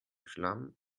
schlamm